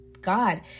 God